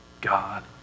God